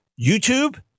YouTube